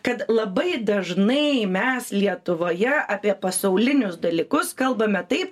kad labai dažnai mes lietuvoje apie pasaulinius dalykus kalbame taip